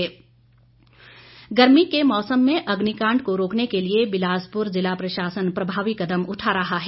अग्निकांड गर्मी के मौसम में अग्निकांड को रोकने के लिए बिलासपुर ज़िला प्रशासन प्रभावी कदम उठा रहा है